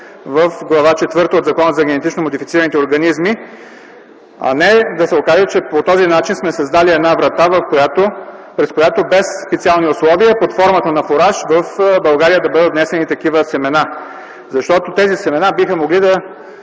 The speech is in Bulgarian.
в Глава четвърта от Закона за генетично модифицираните организми, а не да се окаже, че по този начин сме създали една врата, през която без специални условия под формата на фураж в България да бъдат внесени такива семена. Защото тези семена биха могли да